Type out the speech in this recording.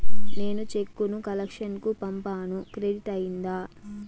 నేను చెక్కు ను కలెక్షన్ కు పంపాను క్రెడిట్ అయ్యిందా